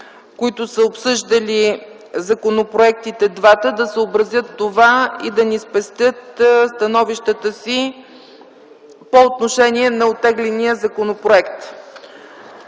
които са обсъждали двата законопроекта, да съобразят това и да ни спестят становищата си по отношение на оттегления законопроект.